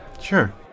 sure